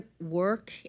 work